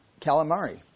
calamari